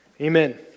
amen